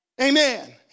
Amen